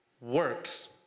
works